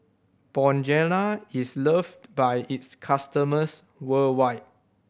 Bonjela is loved by its customers worldwide